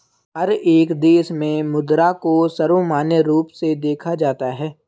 हर एक देश में मुद्रा को सर्वमान्य रूप से देखा जाता है